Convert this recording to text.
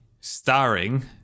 starring